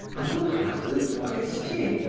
i will have the forestiers,